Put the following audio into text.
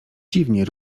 dziwnie